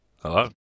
Hello